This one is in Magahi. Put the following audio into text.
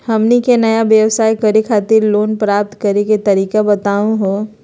हमनी के नया व्यवसाय करै खातिर लोन प्राप्त करै के तरीका बताहु हो?